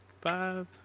five